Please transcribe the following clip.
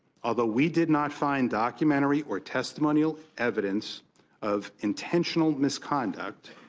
although we did not find documentary or testimonial evidence of intentional misconduct,